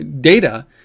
data